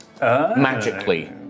Magically